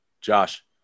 Josh